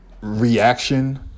reaction